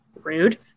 rude